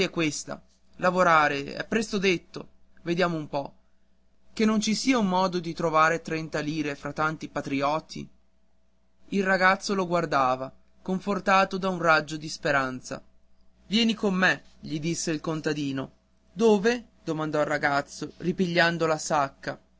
questa lavorare è presto detto vediamo un po che non ci sia mezzo di trovar trenta lire fra tanti patriotti il ragazzo lo guardava confortato da un raggio di speranza vieni con me gli disse il contadino dove domandò il ragazzo ripigliando la sacca